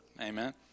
Amen